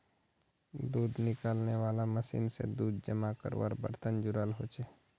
दूध निकालनेवाला मशीन से दूध जमा कारवार बर्तन जुराल होचे